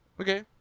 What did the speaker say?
Okay